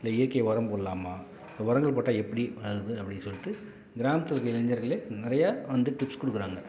இல்லை இயற்கை உரம் போடலாமா உரங்கள் போட்டால் எப்படி வளருது அப்படின்னு சொல்லிவிட்டு கிராமத்தில் இருக்க இளைஞர்களே நிறையா வந்து டிப்ஸ் கொடுக்குறாங்க